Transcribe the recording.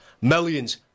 Millions